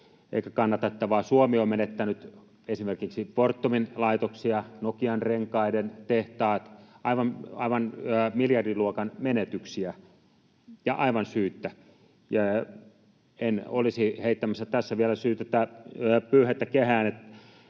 eikä kannatettavaa. Suomi on menettänyt esimerkiksi Fortumin laitoksia, Nokian Renkaiden tehtaat, aivan miljardiluokan menetyksiä, ja aivan syyttä. En olisi heittämässä tässä vielä pyyhettä kehään.